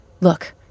Look